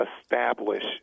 establish